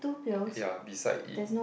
ya beside it